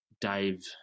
dave